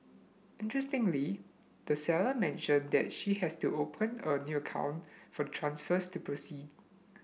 interestingly the seller mentioned that she has to open a new account for transfers to proceed